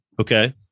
Okay